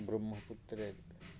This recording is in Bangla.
ব্রহ্মপুত্রের